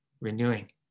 renewing